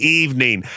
evening